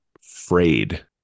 frayed